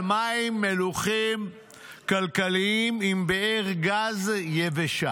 על מים מלוחים כלכליים, עם באר גז יבשה,